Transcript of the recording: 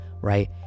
Right